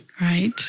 right